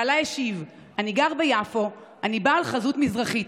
והלה השיב: אני גר ביפו, אני בעל חזות מזרחית.